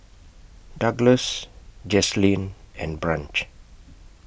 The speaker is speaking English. Douglas Jazlene and Branch